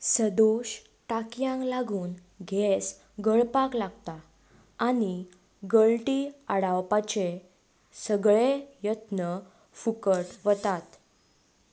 सदोश टाकयांक लागून गॅस गळपाक लागता आनी गळटी आडावपाचे सगळें यत्न फुकट वतात